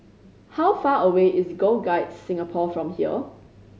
how far away is Girl Guides Singapore from here